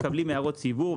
מקבלים הערות ציבור.